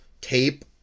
tape